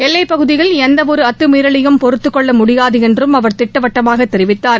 எல்லைப்பகுதியில் எந்தவொரு அத்தமீறலையும் பொறத்துக்கொள்ள முடியாது என்றும் அவர் திட்டவட்டமாக தெரிவித்தார்